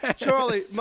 charlie